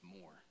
more